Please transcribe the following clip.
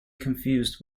confused